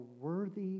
worthy